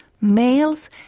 males